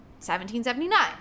1779